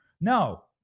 No